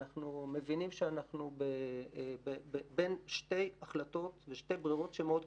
אנחנו מבינים שאנחנו בין שתי החלטות ובין שתי ברירות מאוד קשות.